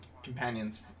Companion's